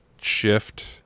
shift